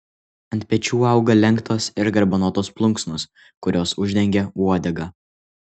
ant pečių auga lenktos ir garbanotos plunksnos kurios uždengia uodegą